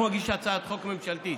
אנחנו נגיש הצעת חוק ממשלתית.